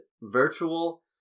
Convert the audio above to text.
virtual